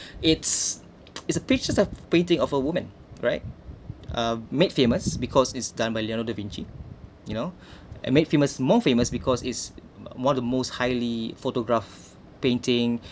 it's it's a picture a painting of a woman right uh made famous because it's done by leonardo da vinci you know and made famous more famous because it's one of the most highly photograph painting